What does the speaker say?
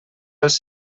dels